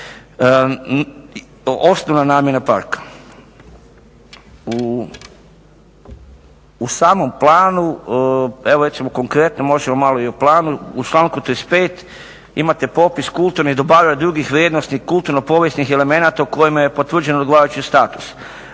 osnovna namjena parka. U samom planu, evo recimo konkretno možemo malo i o planu. U članku 35. imate popis kulturnih dobara i drugih vrijednosnih kulturno-povijesnih elemenata u kojima je potvrđen odgovarajući status.